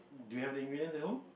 do you have the ingredients at home